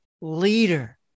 leader